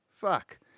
Fuck